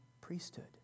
priesthood